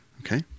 Okay